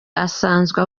asanzwe